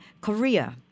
Korea